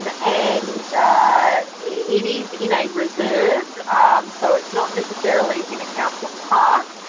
but and it is in a reserve so it's not necessarily in a council park.